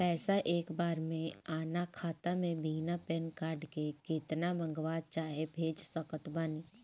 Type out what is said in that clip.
पैसा एक बार मे आना खाता मे बिना पैन कार्ड के केतना मँगवा चाहे भेज सकत बानी?